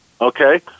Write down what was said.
Okay